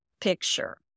picture